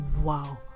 wow